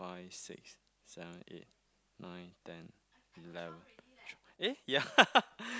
five six seven eight nine ten eleven twelve eh yeah